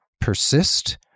persist